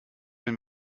den